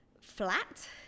flat